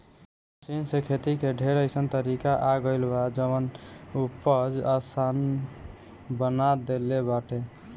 machine से खेती के ढेर अइसन तरीका आ गइल बा जवन उपज आसान बना देले बाटे